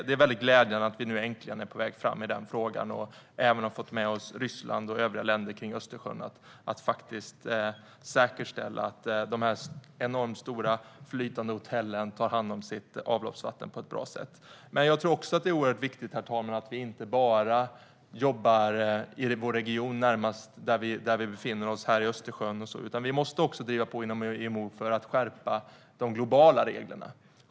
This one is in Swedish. Det är glädjande att vi nu äntligen är på väg framåt i frågan och även fått med oss Ryssland och övriga länder kring Östersjön på att säkerställa att de enormt stora flytande hotellen tar hand om sitt avloppsvatten på ett bra sätt. Jag tror också att det är oerhört viktigt, herr talman, att vi inte bara jobbar i den region där vi befinner oss, här vid Östersjön, utan vi måste också driva på inom IMO för att skärpa de globala reglerna.